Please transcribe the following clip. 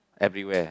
everywhere